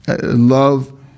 Love